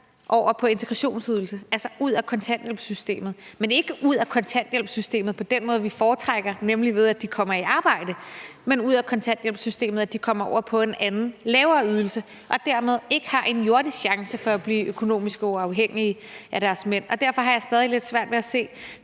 over på integrationsydelse, altså ud af kontanthjælpssystemet. De kommer ikke ud af kontanthjælpssystemet på den måde, vi foretrækker det, nemlig ved at de kommer i arbejde, men de kommer ud af kontanthjælpssystemet på den måde, at de kommer over på en anden og lavere ydelse og dermed ikke har en jordisk chance for at blive økonomisk uafhængige af deres mænd. Derfor har jeg stadig lidt svært ved at se,